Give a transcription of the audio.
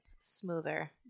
smoother